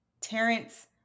Terrence